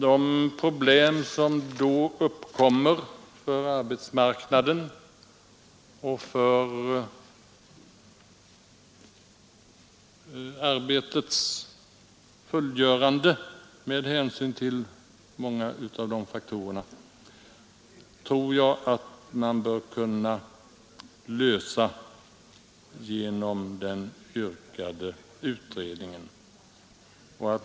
De problem som då uppkommer för arbetsmarknaden och för arbetets fullgörande tror jag att man bör kunna lösa genom den yrkade utredningen.